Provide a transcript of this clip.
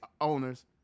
owners